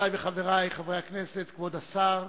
חברותי וחברי חברי הכנסת, כבוד השר,